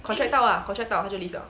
contract 到了 contract 到他就 leave liao